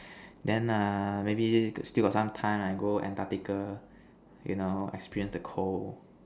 then err maybe still got some time I go Antarctica you know experience the cold